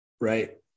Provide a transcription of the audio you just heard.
right